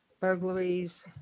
burglaries